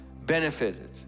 benefited